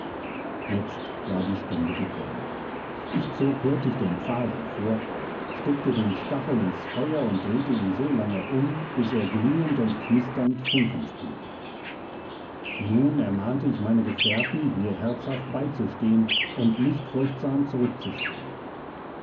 jetzt war die stunde gekommen ich zog hurtig den pfahl hervor steckte den stachel ins feuer und drehte ihn so lange um bis er glühend und knisternd funken sprühte nun ermahnte ich meine gefährten mir herzhaft beizustehen und nicht furchtsam zurückzuspringen